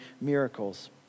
miracles